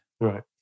Right